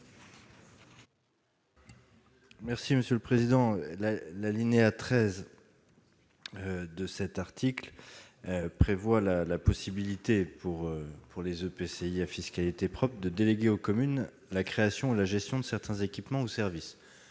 M. Arnaud de Belenet. L'alinéa 13 de l'article 1 prévoit la possibilité pour les EPCI à fiscalité propre de déléguer aux communes la création et la gestion de certains équipements ou services.